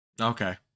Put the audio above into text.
Okay